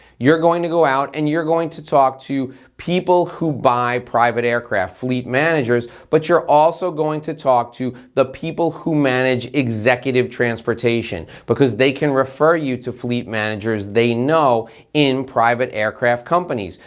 you're going to go out and you're going to talk to people who buy private aircraft, fleet managers, but you're also going to talk to the people who manage executive transportation because they can refer you to fleet managers they know in private aircraft companies.